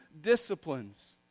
disciplines